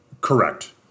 Correct